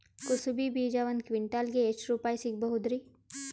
ಕುಸಬಿ ಬೀಜ ಒಂದ್ ಕ್ವಿಂಟಾಲ್ ಗೆ ಎಷ್ಟುರುಪಾಯಿ ಸಿಗಬಹುದುರೀ?